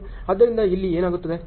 ಮತ್ತು ಆದ್ದರಿಂದ ಇಲ್ಲಿ ಏನಾಗುತ್ತದೆ